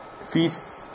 Feasts